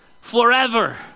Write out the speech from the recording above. forever